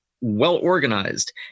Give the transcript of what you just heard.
well-organized